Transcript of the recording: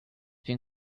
been